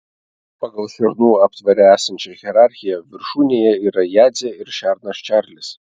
pagal šernų aptvare esančią hierarchiją viršūnėje yra jadzė ir šernas čarlis